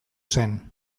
zen